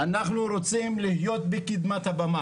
אנחנו רוצים להיות בקדמת הבמה.